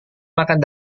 makan